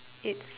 it's